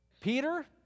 Peter